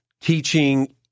teaching